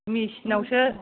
मेसिनावसो